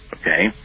okay